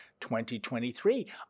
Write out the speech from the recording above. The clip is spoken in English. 2023